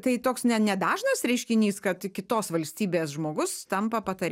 tai toks ne nedažnas reiškinys kad kitos valstybės žmogus tampa patar